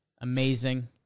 Amazing